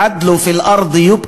(אומר בערבית: